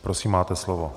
Prosím máte slovo.